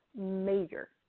major